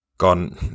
gone